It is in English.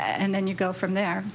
and then you go from there